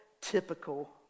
typical